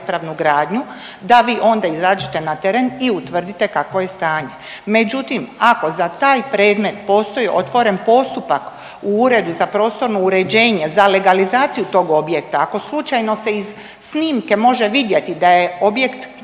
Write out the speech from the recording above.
da vi onda izađete na teren i utvrdite kakvo je stanje. Međutim, ako za taj predmet postoji otvoren postupak u uredu za prostorno uređenje za legalizaciju tog objekta, ako slučajno se iz snimke može vidjeti da je objekt i